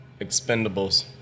Expendables